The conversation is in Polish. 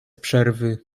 przerwy